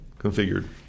configured